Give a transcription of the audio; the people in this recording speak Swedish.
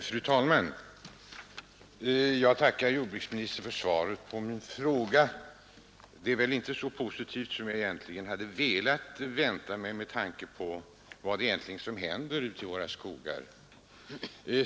Fru talman! Jag tackar jordbruksministern för svaret på min interpellation. Det är väl inte så positivt som jag egentligen hade önskat och väntat mig med tanke på vad som i själva verket händer ute i våra skogar.